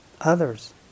others